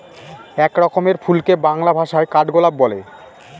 এক রকমের ফুলকে বাংলা ভাষায় কাঠগোলাপ বলে